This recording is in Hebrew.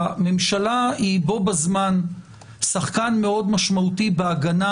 הממשלה היא בו בזמן שחקן מאוד משמעותי בהגנה